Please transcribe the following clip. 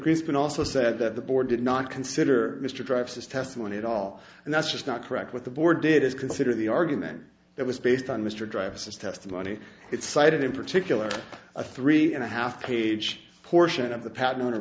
greenspan also said that the board did not consider mr drives his testimony at all and that's just not correct what the board did is consider the argument that was based on mr drives testimony it cited in particular a three and a half page portion of the pa